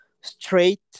straight